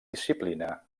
disciplina